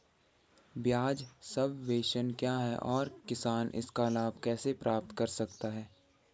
ब्याज सबवेंशन क्या है और किसान इसका लाभ कैसे प्राप्त कर सकता है?